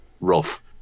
rough